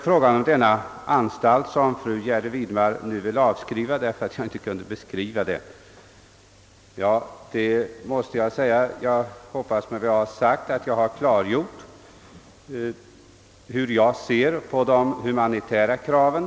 Fru Gärde Widemar ville avskriva frågan om anstalten därför att jag inte kunde beskriva hur en sådan skall se ut. Jag hoppas att jag med vad jag nu har sagt har klargjort hur jag ser på de humanitära kraven.